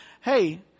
hey